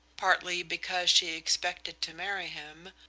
partly because she expected to marry him,